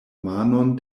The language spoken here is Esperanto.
manon